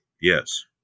Yes